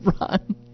run